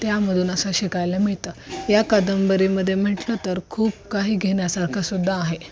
त्यामधून असं शिकायला मिळतं या कादंबरीमध्ये म्हंटलं तर खूप काही घेण्यासारखंसुद्धा आहे